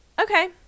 okay